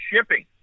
Shipping